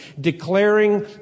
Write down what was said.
Declaring